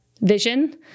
vision